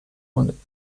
und